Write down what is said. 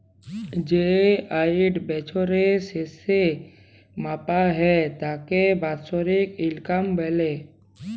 যেই আয়িটা বছরের শেসে মাপা হ্যয় তাকে বাৎসরিক ইলকাম ব্যলে